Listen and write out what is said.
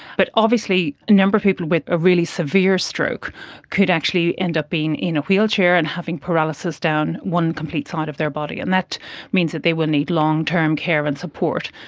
but obviously a number of people with a really severe stroke could actually end up being in a wheelchair and having paralysis down one complete side of their body, and that means that they will need long-term care and support.